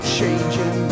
changing